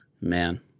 Man